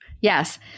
Yes